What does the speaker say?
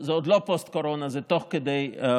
זה עוד לא פוסט-קורונה, זה תוך כדי הקורונה.